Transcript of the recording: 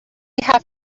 have